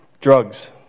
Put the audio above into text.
drugs